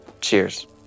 Cheers